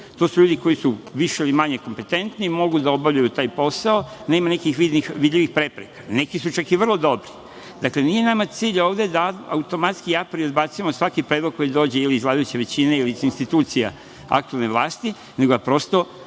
To su ljudi koji su više ili manje kompetentni, mogu da obavljaju taj posao, nema nekih vidljivih prepreka. Neki su čak i vrlo dobri. Dakle, nije nam cilj da odbacujemo automatski svaki predlog koji dođe ili iz vladajuće većine ili iz institucija aktuelne vlasti, nego razmatramo